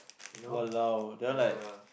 !walao! that one like